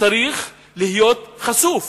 צריך להיות חשוף